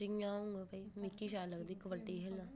जि'यां अ'ऊं आं भई मिकी शैल लगदी कबड्डी खे'ल्लना